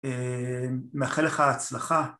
מאחל לך הצלחה.